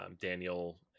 Daniel